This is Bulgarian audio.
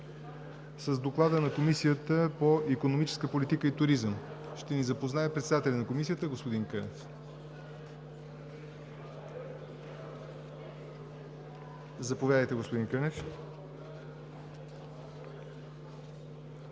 С Доклада на Комисията по икономическа политика и туризъм ще ни запознае председателят на Комисията – господин Кънев. Заповядайте, господин Кънев.